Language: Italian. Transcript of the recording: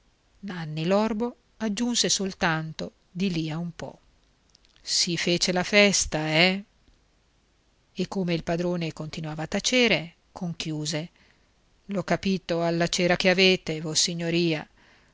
fila nanni l'orbo aggiunse soltanto di lì a un po si fece la festa eh e come il padrone continuava a tacere conchiuse l'ho capito alla cera che avete vossignoria